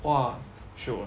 !wah! shiok